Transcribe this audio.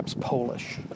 Polish